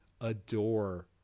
adore